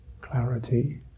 clarity